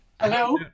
hello